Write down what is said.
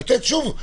לתת שוב.